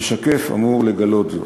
המשקף אמור לגלות זאת.